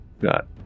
Got